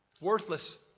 Worthless